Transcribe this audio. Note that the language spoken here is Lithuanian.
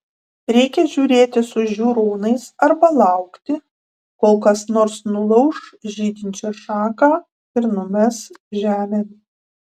reikia žiūrėti su žiūronais arba laukti kol kas nors nulauš žydinčią šaką ir numes žemėn